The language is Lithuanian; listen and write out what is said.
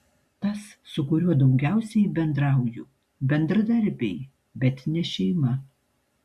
tas su kuriuo daugiausiai bendrauju bendradarbiai bet ne šeima